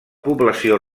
població